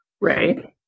right